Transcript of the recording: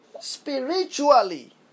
spiritually